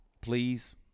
Please